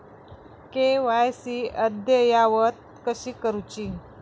KYC अद्ययावत कशी करुची?